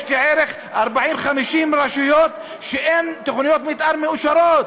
יש בערך 40 50 רשויות שאין בהן תוכניות מתאר מאושרות.